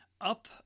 up